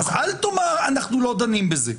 אז אל תאמר שאנחנו לא דנים בזה.